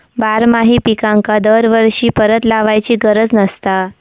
बारमाही पिकांका दरवर्षी परत लावायची गरज नसता